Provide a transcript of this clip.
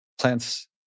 plants